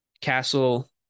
Castle